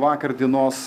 vakar dienos